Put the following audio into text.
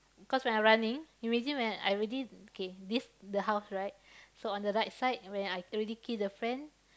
cause when I running imagine when I already okay this the house right so on the right side when I already kill the friend